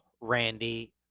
Randy